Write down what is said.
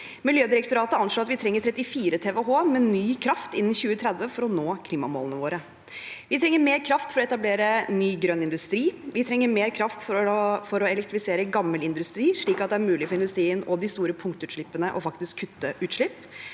Miljødirektoratet anslår at vi trenger 34 TWh med ny kraft innen 2030 for å nå klimamålene våre. Vi trenger mer kraft for å etablere ny grønn industri, og vi trenger mer kraft for å elektrifisere gammel industri, slik at det er mulig for industrien og de store punktutslippene å faktisk kutte utslipp,